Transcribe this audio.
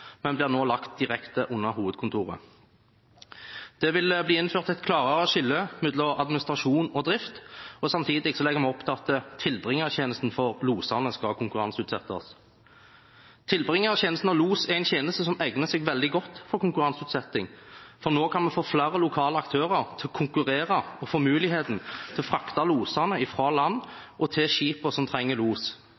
men blir nå lagt direkte under hovedkontoret. Det vil bli innført et klarere skille mellom administrasjon og drift, og samtidig legger vi opp til at tilbringertjenesten for losene skal konkurranseutsettes. Tilbringertjenesten av los er en tjeneste som egner seg veldig godt for konkurranseutsetting, for nå kan vi få flere lokale aktører til å konkurrere og få muligheten til å frakte losene fra land